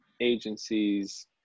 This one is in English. agencies